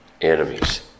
enemies